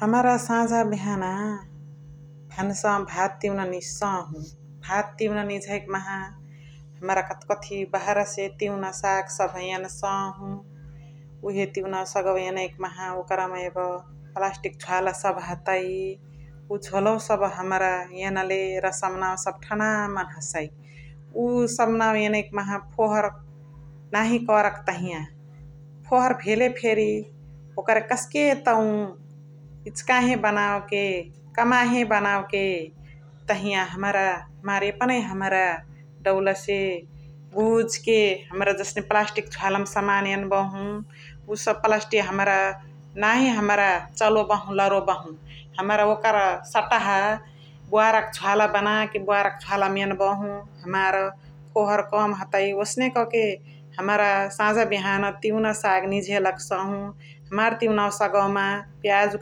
हमरा साझा बिहना भन्सावा मा भात तिउना निझ्सहु । भात तिउना निझ्सइकी माहा हमरा कथ कथी बहरा से तिउना साग सभ यन्सहु उहे तिउनावा सागवा यनइकी माहा ओकरमा यब पलस्तिक घोवाला सभ हतइ उव घोवाला सभ यनले हमरा र समनावा सभ टनामान हसइ । उवा समनावा यनइ कि माहा फोहोर नाही करके तहिया, फोहोर भेले फेरी ओकर के कस्के तौ इचिकाहे बनाउ के कमाहे बनाउ के तहिया हमरा हमर यपने हमरा दौल से बुझ के हमरा जसने पलस्तिक घोवाला मा समान यन्बहु, उव सभ पलस्तिकिया हमरा नही हमरा चलोबहु लरोबहु । हमरा ओकर सटहा बोवार क घोवाला बनाके बोवार क घोवाला यन्बहु हमार फोहर कम हतइ ओसने क के हमरा साझा बिहना तिउन साग निझे लग्सहु हमार तिउना सागवा मा पियाजु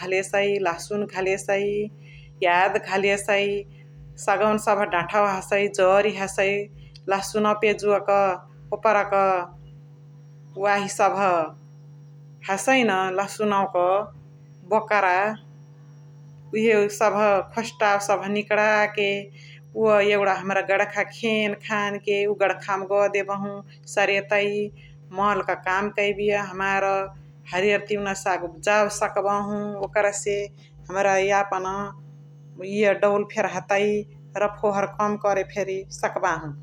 घलेसइ, लहसुन घलेसइ, याद घलेसइ, सगवान सभ डठवा हसइ, जरी हसइ लहसुनवा पियाजु क ओपरा क वाही सभ हसइ न लहसुनवा क बोकरा उहे सभ खोस्टवा सभ निकणा के उव यगुणा गणखा खेन्खान के उव गणखावामा गहदेबहु सारीय तै मल क काम कैबिय हमार हरियार तिउना साग उब्जावे सकबहु ओकरा से हमरा यापन भुइया दौल फेर हतइ र फोहर कम करे फेरी सकबहु ।